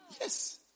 Yes